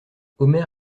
omer